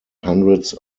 hundreds